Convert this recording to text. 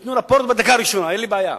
שייתנו רפורט בדקה הראשונה, אין לי בעיה.